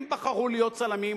הם בחרו להיות צלמים,